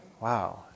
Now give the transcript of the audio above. Wow